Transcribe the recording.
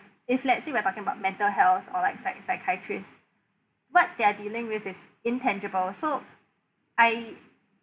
if let's say we're talking about mental health or like psy~ psychiatrist what they are dealing with is intangible so I